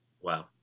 Wow